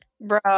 bro